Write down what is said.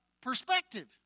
perspective